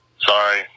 sorry